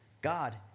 God